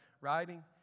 writing